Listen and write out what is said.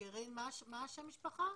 מה השם משפחה?